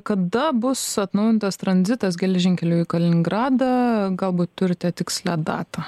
kada bus atnaujintas tranzitas geležinkeliu į kaliningradą galbūt turite tikslią datą